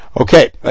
Okay